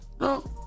No